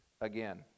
again